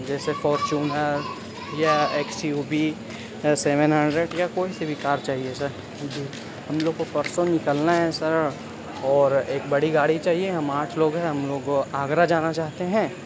جیسے فارچونر ہے یا ایکس یو وی یا سیون ہنڈریڈ یا کوئی سی بھی کار چاہیے سر جی ہم لوگوں کو پرسوں نکلنا ہے سر اور ایک بڑی گاڑی چاہیے ہم آٹھ لوگ ہیں ہم لوگ کو آگرہ جانا چاہتے ہیں